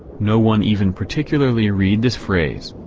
no one even particularly read this phrase.